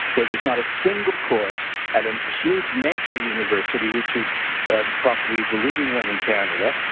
there was not a single course at a huge major university, which is possibly the leading one in canada